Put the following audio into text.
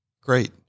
Great